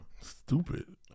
Stupid